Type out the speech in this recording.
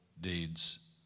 deeds